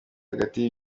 hagati